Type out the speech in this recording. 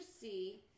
see